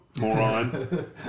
moron